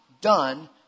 done